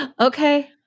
Okay